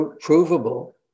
provable